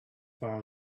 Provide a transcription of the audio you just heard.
far